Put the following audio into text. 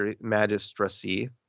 magistracy